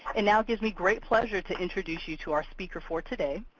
it now gives me great pleasure to introduce you to our speaker for today.